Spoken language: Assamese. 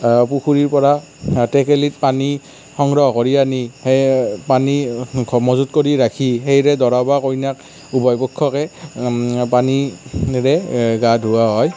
পুখুৰীৰ পৰা টেকেলিত পানী সংগ্ৰহ কৰি আনি সেই পানী মজুত কৰি ৰাখি সেইৰে দৰা বা কইনা উভয় পক্ষকে পানীৰে গা ধোওৱা হয়